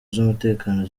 z’umutekano